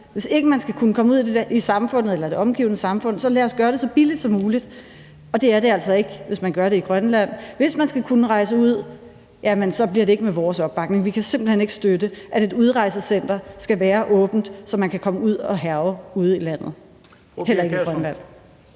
ud i samfundet eller ud i det omgivende samfund, så lad os gøre det så billigt som muligt, og det gør man altså ikke, hvis man gør det i Grønland. Hvis man skal kunne rejse ud, jamen så bliver det ikke med vores opbakning. Vi kan simpelt hen ikke støtte, at et udrejsecenter skal være åbent, så man kan komme ud og hærge ude i landet, heller ikke i Grønland.